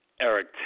Eric